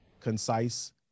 concise